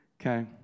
Okay